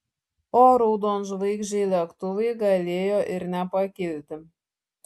o raudonžvaigždžiai lėktuvai galėjo ir nepakilti